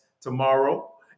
tomorrow